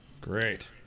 Great